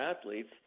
athletes